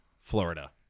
Florida